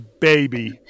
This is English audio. baby